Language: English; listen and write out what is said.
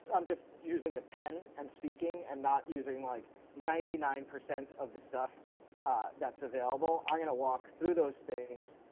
i'm just using the pen and speaking and not using like ninety nine percent of the stuff that's available. i'm going to walk through those things